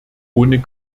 ohne